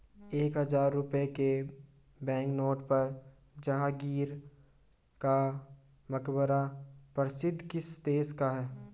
एक हजार रुपये के बैंकनोट पर जहांगीर का मकबरा प्रदर्शित किस देश का है?